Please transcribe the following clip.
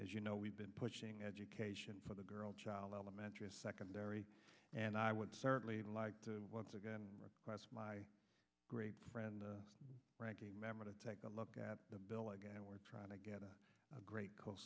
as you know we've been pushing education for the girl child elementary secondary and i would certainly like to once again request my great friend the ranking member to take a look at the bill and we're trying to get a great co